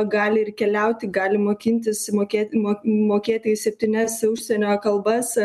gali ir keliauti gali mokintis mokė mo mokėti septynias užsienio kalbas